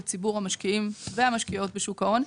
ציבור המשקיעים והמשקיעות בשוק ההון.